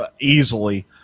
easily